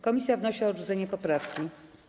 Komisja wnosi o odrzucenie poprawki.